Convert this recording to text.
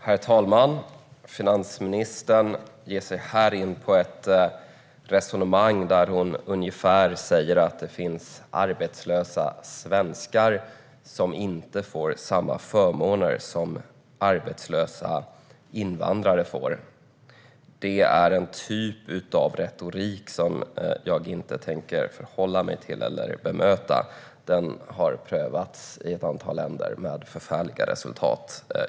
Herr talman! Finansministern ger sig här in på ett resonemang där hon ungefär säger att det finns arbetslösa svenskar som inte får samma förmåner som arbetslösa invandrare får. Det är en typ av retorik som jag inte tänker förhålla mig till eller bemöta. Den har prövats i ett antal länder med förfärliga resultat.